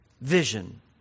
vision